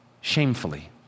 shamefully